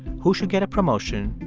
who should get a promotion,